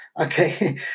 okay